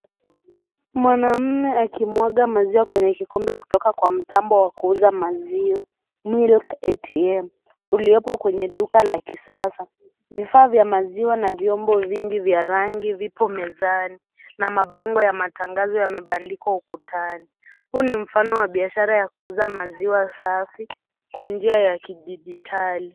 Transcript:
Mwanamume akimwaga maziwa kwenye kikombe kutoka kwenye mtambo wa kuuza maziwa. Milk ATM, uliopo katika duka la kisasa. Vifaa vya maziwa na vyombo vingi vya rangi vipo mezani. Na mabango ya matangazo yamebandikwa ukutani. Huu ni mfano wa biashara ya kuuza maziwa safi kwa njia ya kidijitali.